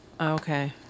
Okay